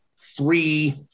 three